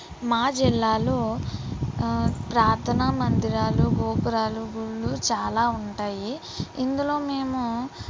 మా జిల్లాలో ప్రార్ధన మందిరాలు గోపురాలు గుళ్ళు చాలా ఉంటాయి ఇందులో మేము